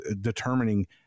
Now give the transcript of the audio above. determining